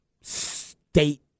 state